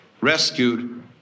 rescued